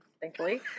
thankfully